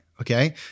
Okay